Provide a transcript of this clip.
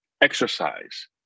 exercise